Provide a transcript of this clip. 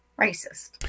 racist